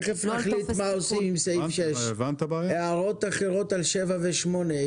תכף נחליט מה עושים עם סעיף 6. הערות אחרות לסעיפים 7 ו-8.